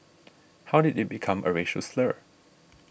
how did it become a racial slur